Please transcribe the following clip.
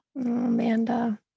Amanda